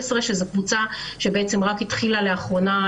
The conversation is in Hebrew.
11. זאת קבוצה שרק התחילה להתחסן לאחרונה,